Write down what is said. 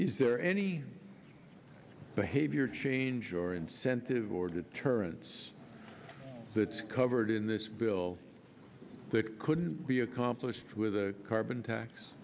is there any behavior change or incentive or deterrence covered in this bill that couldn't be accomplished with a carbon tax